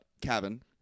cabin